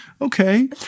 Okay